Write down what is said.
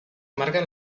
marquen